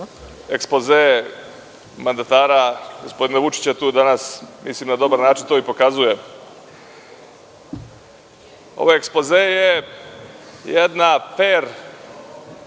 ekspoze mandatara gospodina Vučića tu danas mislim da na dobar način to i pokazuje. Ovaj ekspoze je jedno fer